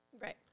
Right